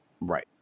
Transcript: Right